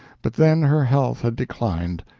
but then her health had declined.